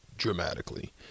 Dramatically